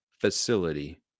facility